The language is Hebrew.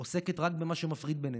עוסקות רק במה שמפריד בינינו,